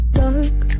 dark